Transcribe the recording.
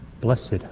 Blessed